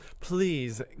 Please